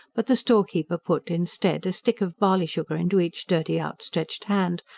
but the storekeeper put, instead, a stick of barley-sugar into each dirty, outstretched hand,